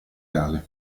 reale